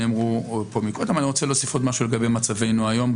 אני רוצה להוסיף עוד משהו לגבי מצבנו היום,